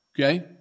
Okay